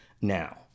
now